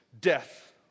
death